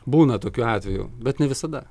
būna tokių atvejų bet ne visada